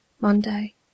Monday